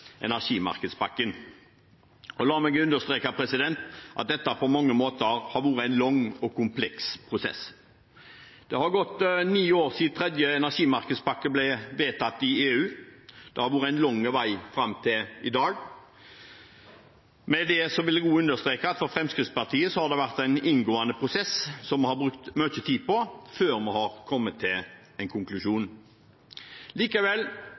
energimarkedspakken. La meg understreke at dette på mange måter har vært en lang og kompleks prosess. Det har gått ni år siden tredje energimarkedspakke ble vedtatt i EU. Det har vært en lang vei fram til i dag. Med det vil jeg også understreke at dette for Fremskrittspartiets del har vært en inngående prosess som vi har brukt mye tid på, før vi har kommet til en konklusjon. Likevel